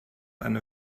eine